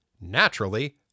Naturally